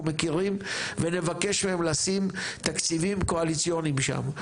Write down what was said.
מכירים ונבקש מהם לשים תקציבים קואליציוניים שם.